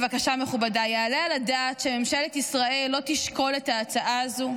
יעלה על הדעת שממשלת ישראל לא תשקול את ההצעה הזו?